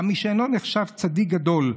גם מי שאינו נחשב צדיק גדול,